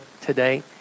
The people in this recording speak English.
today